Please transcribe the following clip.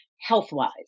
health-wise